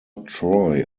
troy